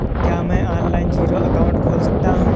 क्या मैं online zero account खोल सकता हूँ?